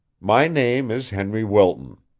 my name is henry wilton.